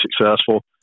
successful